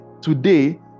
Today